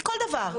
כל דבר,